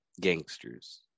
gangsters